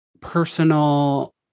personal